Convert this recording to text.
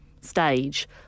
stage